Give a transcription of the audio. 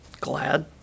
glad